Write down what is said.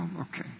okay